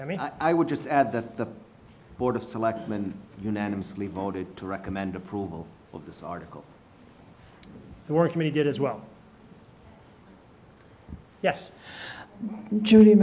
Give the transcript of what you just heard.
i mean i would just add that the board of selectmen unanimously voted to recommend approval of this article so work many did as well yes judy